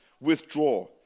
withdraw